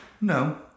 No